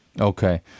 Okay